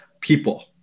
people